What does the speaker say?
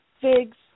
figs